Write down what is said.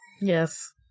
Yes